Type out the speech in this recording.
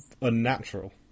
unnatural